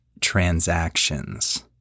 transactions